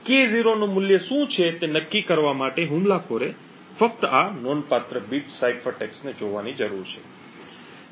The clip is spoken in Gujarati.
તેથી K0 નું મૂલ્ય શું છે તે નક્કી કરવા માટે હુમલાખોરે ફક્ત આ નોંધપાત્ર બીટ સાઇફર ટેક્સ્ટને જોવાની જરૂર છે